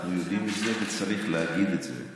אנחנו יודעים את זה, וצריך להגיד את זה.